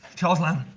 charles lamb.